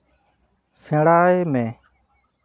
ᱥᱮᱬᱟᱭ ᱢᱮ